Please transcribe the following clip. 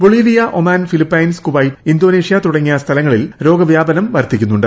Bolivia Oman Philippines Kuwait Indonesia തുടങ്ങിയ സ്ഥലങ്ങളിൽ രോഗവൃാപനം വർദ്ധിക്കുന്നുണ്ട്